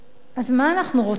אז מה אנחנו רוצים?